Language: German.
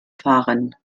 fahren